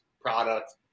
product